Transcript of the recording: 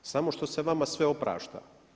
Samo što se vama sve oprašta.